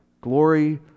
glory